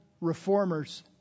reformers